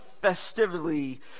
festively